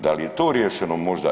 Da li je i to riješeno možda.